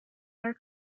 are